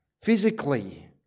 physically